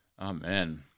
Amen